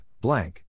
blank